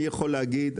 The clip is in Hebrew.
מי יכול להגיד?